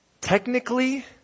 Technically